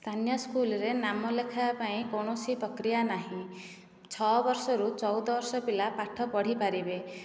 ସ୍ଥାନୀୟ ସ୍କୁଲରେ ନାମ ଲେଖାଇବା ପାଇଁ କୌଣସି ପ୍ରକ୍ରିୟା ନାହିଁ ଛଅ ବର୍ଷରୁ ଚଉଦ ବର୍ଷ ପିଲା ପାଠ ପଢ଼ିପାରିବେ